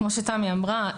כמו שתמי אמרה,